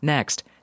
Next